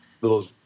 little